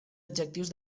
adjectius